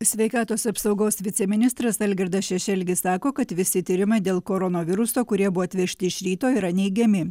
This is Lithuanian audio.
sveikatos apsaugos viceministras algirdas šešelgis sako kad visi tyrimai dėl koronaviruso kurie buvo atvežti iš ryto yra neigiami